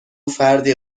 فردی